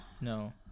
No